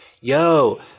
yo